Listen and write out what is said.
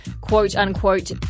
quote-unquote